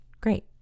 great